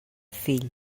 fill